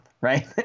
Right